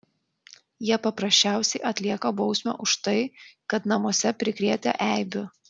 jie paprasčiausiai atlieka bausmę už tai kad namuose prikrėtę eibių